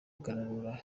kananura